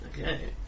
Okay